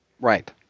Right